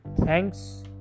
thanks